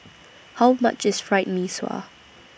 How much IS Fried Mee Sua